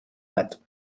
bat